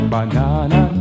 Banana